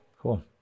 cool